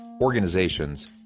organizations